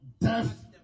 death